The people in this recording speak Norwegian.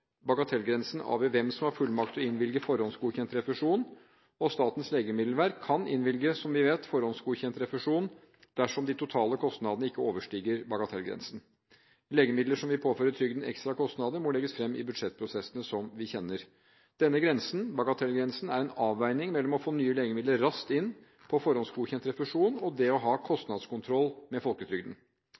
Bagatellgrensen avgjør hvem som har fullmakt til å innvilge forhåndsgodkjent refusjon, og Statens legemiddelverk kan, som vi vet, innvilge forhåndsgodkjent refusjon dersom de totale kostnadene ikke overstiger bagatellgrensen. Legemidler som vil påføre trygden ekstra kostnader, må legges fram i budsjettprosessene, som vi kjenner. Denne grensen – bagatellgrensen – er en avveining mellom det å få nye legemidler raskt inn på forhåndsgodkjent refusjon og det å ha kostnadskontroll med folketrygden.